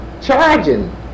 charging